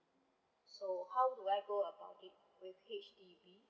so how do I go about it with H_D_B